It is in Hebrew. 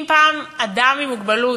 אם פעם אדם עם מוגבלות,